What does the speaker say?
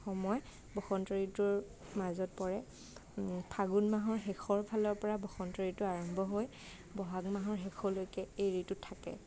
সময় বসন্ত ঋতুৰ মাজত পৰে ফাগুন মাহৰ শেষৰ ফালৰ পৰা বসন্ত ঋতু আৰম্ভ হৈ বহাগ মাহৰ শেষলৈকে এই ঋতু থাকে